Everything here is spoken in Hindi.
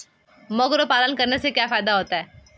मुर्गी पालन करने से क्या फायदा होता है?